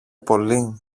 πολύ